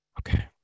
okay